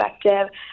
perspective